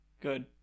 Good